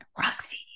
Roxy